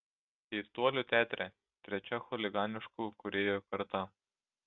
keistuolių teatre trečia chuliganiškų kūrėjų karta